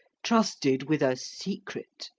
trusted with a secret.